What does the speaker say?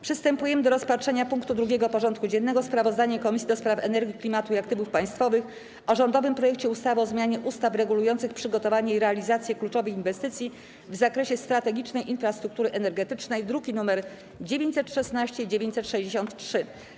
Przystępujemy do rozpatrzenia punktu 2. porządku dziennego: Sprawozdanie Komisji do Spraw Energii, Klimatu i Aktywów Państwowych o rządowym projekcie ustawy o zmianie ustaw regulujących przygotowanie i realizację kluczowych inwestycji w zakresie strategicznej infrastruktury energetycznej (druki nr 916 i 963)